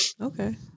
Okay